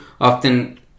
often